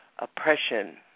oppression